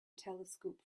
telescope